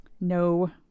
No